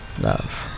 love